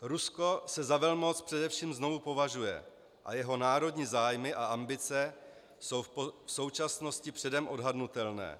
Rusko se za velmoc především znovu považuje a jeho národní zájmy a ambice jsou v současnosti předem odhadnutelné.